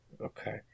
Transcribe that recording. Okay